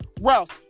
Rouse